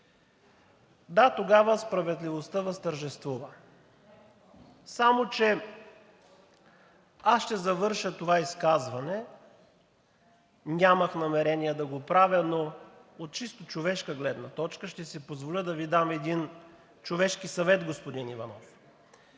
Да, тогава справедливостта възтържествува, само че аз ще завърша това изказване – нямах намерение да го правя, но от чисто човешка гледна точка ще си позволя да Ви дам един човешки съвет, господин Иванов.